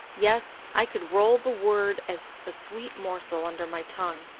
yes. i could roll the word as a sweet morsel under my tongue.